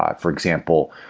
ah for example,